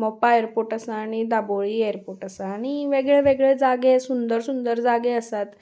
Mopa airport आसा आनी Dabolim airport आसा आनी वेगळे वेगळे जागे सुंदर सुंदर जागे आसात